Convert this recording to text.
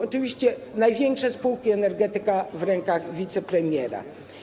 Oczywiście największe spółki, energetyka w rękach wicepremiera.